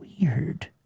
Weird